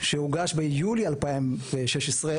שהוגש ביולי 2016,